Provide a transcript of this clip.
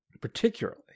particularly